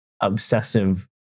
obsessive